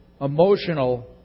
emotional